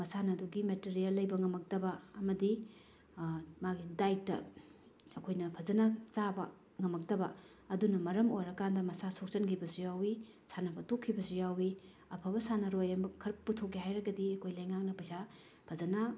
ꯃꯁꯥꯅ ꯑꯗꯨꯒꯤ ꯃꯦꯇꯔꯤꯌꯦꯜ ꯂꯩꯕ ꯉꯝꯃꯛꯇꯕ ꯑꯃꯗꯤ ꯃꯥꯒꯤ ꯗꯥꯏꯠꯇ ꯑꯩꯈꯣꯏꯅ ꯐꯖꯅ ꯆꯥꯕ ꯉꯝꯃꯛꯇꯕ ꯑꯗꯨꯅ ꯃꯔꯝ ꯑꯣꯏꯔꯀꯥꯟꯗ ꯃꯁꯥ ꯁꯣꯛꯆꯤꯟꯈꯤꯕꯁꯨ ꯌꯥꯎꯏ ꯁꯥꯟꯅꯕ ꯇꯣꯛꯈꯤꯕꯁꯨ ꯌꯥꯎꯏ ꯑꯐꯕ ꯁꯥꯟꯅꯔꯣꯏ ꯑꯃꯈꯛ ꯄꯨꯊꯣꯛꯀꯦ ꯍꯥꯏꯔꯒꯗꯤ ꯑꯩꯈꯣꯏ ꯂꯩꯉꯥꯛꯅ ꯄꯩꯁꯥ ꯐꯖꯅ